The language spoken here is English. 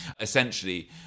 essentially